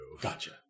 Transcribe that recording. Gotcha